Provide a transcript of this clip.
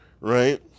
right